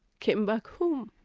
came back home.